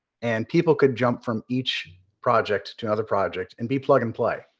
and people could jump from each project to another project and be plug and play.